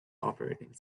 operating